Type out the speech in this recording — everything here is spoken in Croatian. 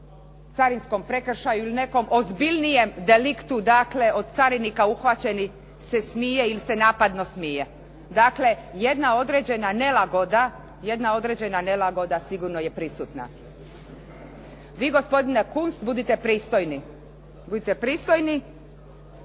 carinskom prekršaju ili nekom ozbiljnijem deliktu, dakle, od carinika uhvaćenih se smije ili se napadno smije. Dakle, jedna određena nelagoda sigurno je prisutna. Vi gospodine Kunst budite pristojni, budite pristojni